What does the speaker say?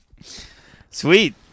Sweet